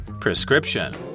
Prescription